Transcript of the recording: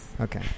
Okay